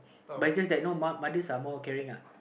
but it's just that you know mothers are more caring uh